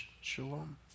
shalom